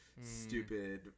stupid